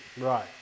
Right